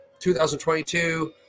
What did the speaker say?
2022